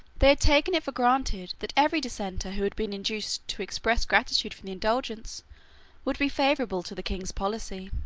they had taken it for granted that every dissenter who had been induced to express gratitude for the indulgence would be favourable to the king's policy.